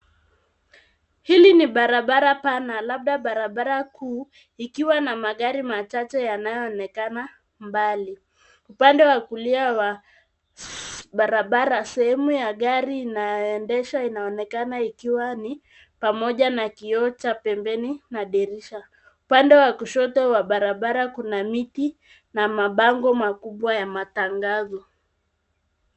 Hili ni barabara pana labda barabara kuu ikiwa na magari machache yanayoonekana mbali. Upande wa kulia wa barabara sehemu ya gari inayoendeshwa inaonekana ikiwa ni pamoja na kioo cha pembeni na dirisha. Pande wa kushoto wa barabara kuna miti na mabango makubwa ya matangazo.